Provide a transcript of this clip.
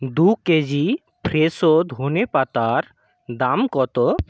দু কেজি ফ্রেশো ধনে পাতার দাম কত